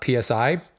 PSI